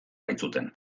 baitzuten